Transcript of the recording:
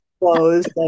closed